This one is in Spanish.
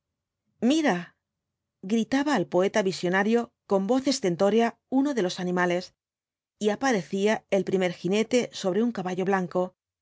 mira gritaba al poeta visionario con voz estentórea uno de los animales y aparecía el primer jinete sobre uu caballo blanco